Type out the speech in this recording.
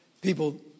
People